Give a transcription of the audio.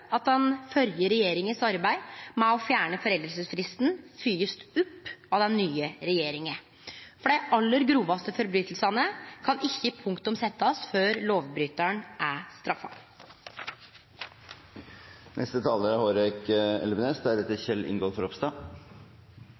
at den førre regjeringas arbeid med å fjerne foreldingsfristen blir følgt opp av den nye regjeringa. For dei aller grovaste brotsverka kan det ikkje setjast punktum før lovbrytaren er